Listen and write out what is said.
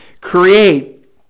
create